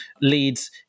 Leads